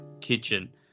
Kitchen